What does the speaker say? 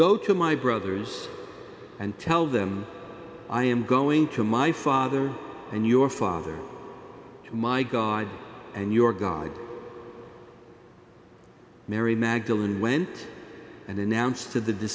go to my brothers and tell them i am going to my father and your father my god and your god mary magdalen went and announced to the